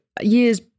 Years